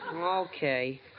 Okay